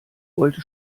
wollte